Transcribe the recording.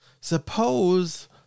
Suppose